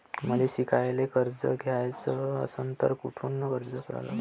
मले शिकायले कर्ज घ्याच असन तर कुठ अर्ज करा लागन?